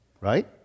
right